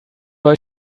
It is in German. soll